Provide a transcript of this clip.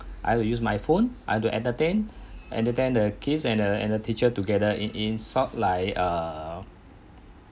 I will use my phone I have to entertain entertain the kids and a and a teacher together in in sort of like a